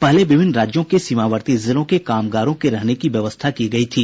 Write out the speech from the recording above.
पहले विभिन्न राज्यों के सीमावर्ती जिलों में कामगारों के रहने की व्यवस्था की गयी थी